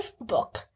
book